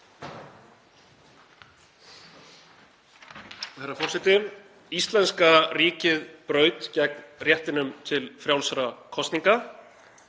Íslenska ríkið braut gegn réttinum til frjálsra kosninga